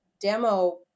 demo